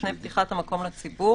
לפני פתיחת המקום לציבור,